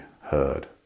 heard